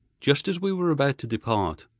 just as we were about to depart,